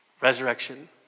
Resurrection